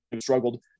struggled